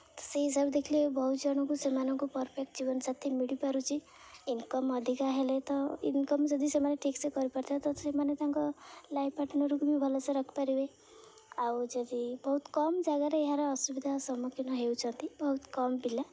ସେହି ହିସାବେ ଦେଖିଲେ ବହୁତ ଜଣଙ୍କୁ ସେମାନଙ୍କୁ ପର୍ଫେକ୍ଟ୍ ଜୀବନସାଥି ମିଳିପାରୁଛି ଇନ୍କମ୍ ଅଧିକା ହେଲେ ତ ଇନ୍କମ୍ ଯଦି ସେମାନେ ଠିକ୍ସେ କରିପାରିଥାଏ ତ ସେମାନେ ତାଙ୍କ ଲାଇଫ୍ ପାର୍ଟନର୍କୁ ବି ଭଲସେ ରଖିପାରିବେ ଆଉ ଯଦି ବହୁତ କମ୍ ଜାଗାରେ ଏହାର ଅସୁବିଧା ସମ୍ମୁଖୀନ ହେଉଛନ୍ତି ବହୁତ କମ୍ ପିଲା